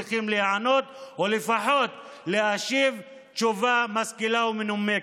צריכים להיענות או לפחות להשיב תשובה משכילה ומנומקת.